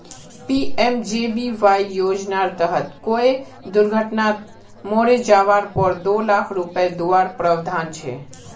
PMJBY योज्नार तहत कोए दुर्घत्नात मोरे जवार पोर दो लाख रुपये दुआर प्रावधान छे